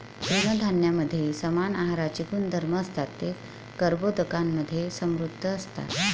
तृणधान्यांमध्ये समान आहाराचे गुणधर्म असतात, ते कर्बोदकांमधे समृद्ध असतात